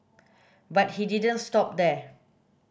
but he didn't stop there